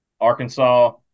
Arkansas